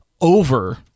over